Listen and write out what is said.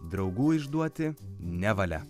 draugų išduoti nevalia